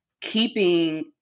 keeping